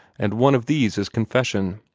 and one of these is confession.